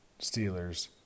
Steelers